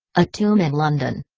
a tomb in london.